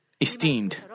esteemed